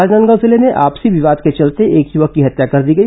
राजनांदगांव जिले में आपसी विवाद के चलते एक युवक की हत्या कर दी गई